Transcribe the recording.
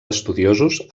estudiosos